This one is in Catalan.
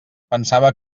pensava